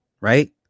Right